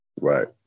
right